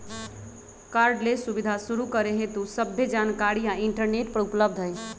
cardless सुबीधा शुरू करे हेतु सभ्भे जानकारीया इंटरनेट पर उपलब्ध हई